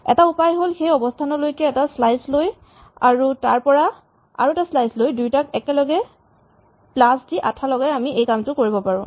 এটা উপায় হ'ল সেই অৱস্হানলৈকে এটা শ্লাইচ লৈ আৰু তাৰ পৰা আৰু এটা স্লাইচ লৈ দুয়োটাক একেলগে প্লাচ দি আঠা লগায় আমি এই কাম কৰিব পাৰো